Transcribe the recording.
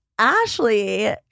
Ashley